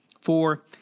Four